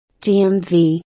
DMV